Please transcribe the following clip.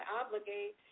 obligate